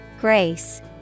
Grace